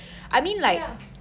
ya